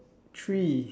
three